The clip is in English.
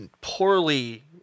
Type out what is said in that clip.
poorly